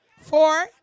four